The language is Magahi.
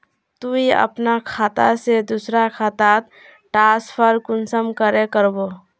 तुई अपना खाता से दूसरा खातात ट्रांसफर कुंसम करे करबो?